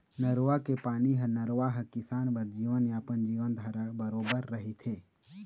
नरूवा के पानी ह नरूवा ह किसान बर जीवनयापन, जीवनधारा बरोबर रहिथे